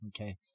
okay